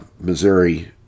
Missouri